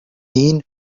این